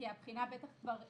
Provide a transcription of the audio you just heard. כי הבחינה בטח כבר כתובה,